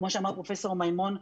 כמו שאמר פרופ' מימון,